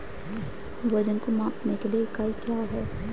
वजन को मापने के लिए इकाई क्या है?